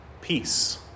Peace